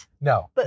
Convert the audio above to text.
no